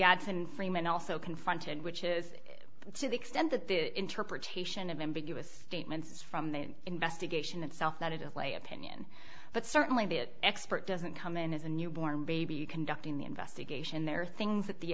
godson freeman also confronted which is to the extent that the interpretation of ambiguous statements from the investigation itself that it lay opinion but certainly the it expert doesn't come in as a new born baby conducting the investigation there are things that the